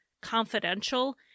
confidential